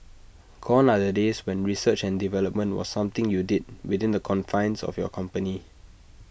gone are the days when research and development was something you did within the confines of your company